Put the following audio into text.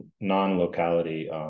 non-locality